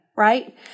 Right